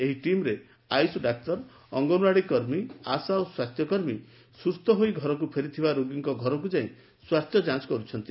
ଏହି ଟିମରେ ଆୟୁଷ ଡାକ୍ତର ଅଙ୍ଗନଓାଡ଼ି କର୍ମୀ ଆଶା ଓ ସ୍ୱାସ୍ଥ୍ୟକର୍ମୀ ସୁସ୍ଥ ହୋଇ ଘରକୁ ଫେରିଥିବା ରୋଗୀଙ୍କ ଘରକୁ ଯାଇ ସ୍ୱାସ୍ଥ୍ୟ ଯାଞ କରୁଛନ୍ତି